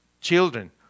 children